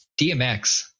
DMX